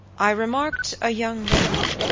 i remarked a young lady,